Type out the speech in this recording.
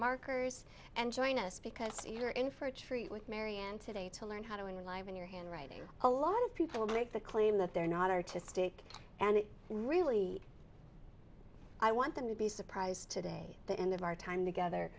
markers and join us because you're in for a treat with marianne today to learn how to enliven your handwriting a lot of people make the claim that they're not artistic and really i want them to be surprised today the end of our time together